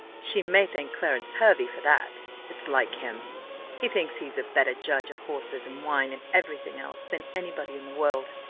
she may thank clarence hervey for that it's like him he thinks he's a better judge of horses, and wine, and every thing else, than any body in the world.